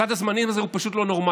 סד הזמנים הזה הוא פשוט לא נורמלי,